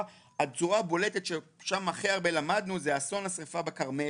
הצורה הבולטת ששם הכי הרבה למדנו זה אסון השריפה בכרמל,